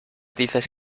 dices